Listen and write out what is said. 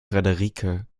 frederike